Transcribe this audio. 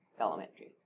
elementary